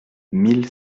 mille